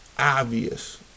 Obvious